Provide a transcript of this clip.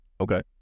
okay